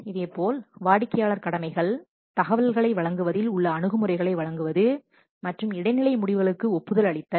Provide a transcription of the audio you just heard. இதேபோல் வாடிக்கையாளர் கடமைகள் தகவல்களை வழங்குவதில் உள்ள அணுகுமுறைகளை வழங்குவது மற்றும் இடைநிலை முடிவுகளுக்கு ஒப்புதல் அளித்தல்